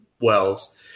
wells